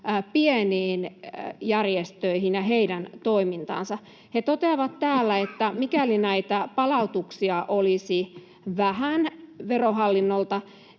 pieniin järjestöihin ja heidän toimintaansa. He toteavat täällä, että mikäli näitä palautuksia olisi vähän Verohallinnolta,